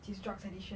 these drugs addiction